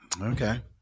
Okay